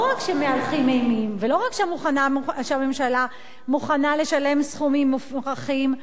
לא רק שמהלכים אימים ולא רק שהממשלה מוכנה לשלם סכומים מופרכים,